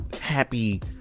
happy